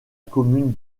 commune